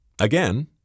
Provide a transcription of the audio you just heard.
Again